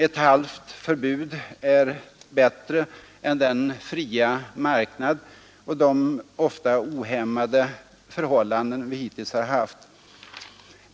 Ett halvt förbud är bättre än den fria marknad och de ofta ohämmade förhållanden vi hittills har haft.